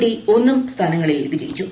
D ഒന്നും സ്ഥാനങ്ങളിൽ വിജയിച്ചു